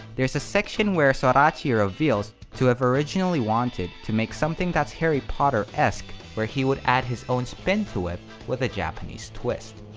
there's a section where sorachi reveals to have originally wanted to make something that's harry potter-esque where he would add his own spin to it with a japanese twist,